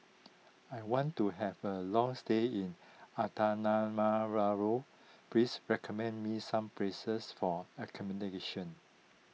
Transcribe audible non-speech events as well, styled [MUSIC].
I want to have a long stay in [UNINTELLIGIBLE] please recommend me some places for accommodation